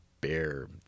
Bear